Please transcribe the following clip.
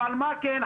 אבל מה כן?